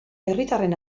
herritarren